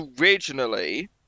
originally